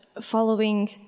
following